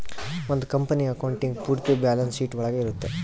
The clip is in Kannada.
ಒಂದ್ ಕಂಪನಿ ಅಕೌಂಟಿಂಗ್ ಪೂರ್ತಿ ಬ್ಯಾಲನ್ಸ್ ಶೀಟ್ ಒಳಗ ಇರುತ್ತೆ